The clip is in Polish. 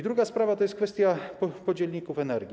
Druga sprawa to kwestia podzielników energii.